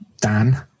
Dan